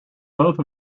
both